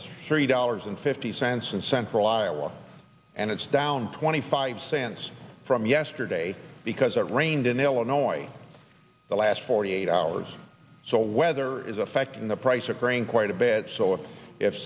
three dollars and fifty cents in central iowa and it's down twenty five cents from yesterday because it rained in a illinois the last forty eight hours or so weather is affecting the price of grain quite a bit so if